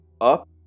up